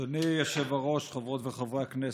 אדוני היושב-ראש, חברות וחברי הכנסת,